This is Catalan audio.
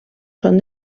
són